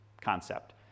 concept